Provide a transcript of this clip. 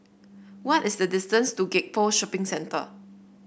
what is the distance to Gek Poh Shopping Centre